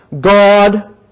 God